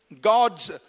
God's